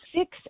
six